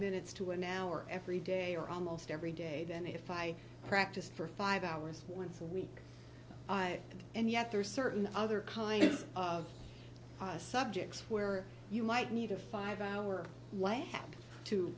minutes to an hour every day or almost every day then if i practiced for five hours once a week i and yet there are certain other kinds of subjects where you might need a five hour